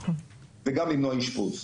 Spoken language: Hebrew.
וגם למנוע אשפוז.